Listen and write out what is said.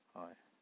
ꯍꯣꯏ